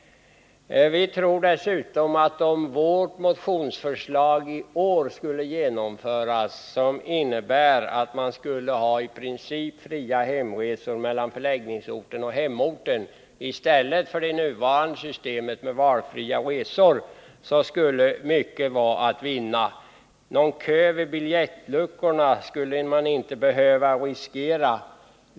Vi tror dessutom att om vårt motionsförslag i år skulle genomföras — det innebär att man skulle ha i princip fria resor mellan förläggningsorten och hemorten i stället för det nuvarande systemet med valfria resor — så skulle mycket vara att vinna. Någon kö vid biljettluckorna skulle man inte behöva riskera.